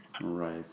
Right